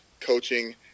coaching